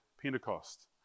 Pentecost